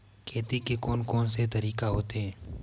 खेती के कोन कोन से तरीका होथे?